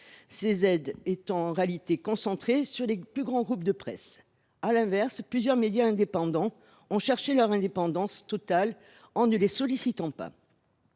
ces aides étant en réalité concentrées sur les plus grands groupes de presse. À l’inverse, plusieurs médias indépendants ont cherché à garantir leur indépendance totale en n’en sollicitant pas